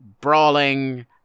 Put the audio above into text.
Brawling